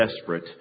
desperate